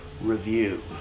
review